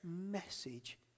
message